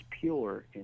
pure